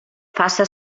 faça